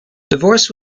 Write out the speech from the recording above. divorce